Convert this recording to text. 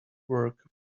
work